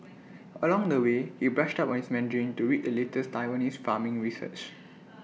along the way he brushed up on his Mandarin to read the latest Taiwanese farming research